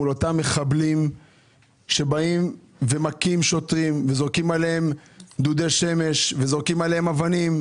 מול אותם מחבלים שמכים שוטרים וזורקים עליהם דודי שמש ואבנים.